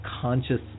conscious